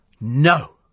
No